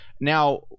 now